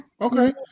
Okay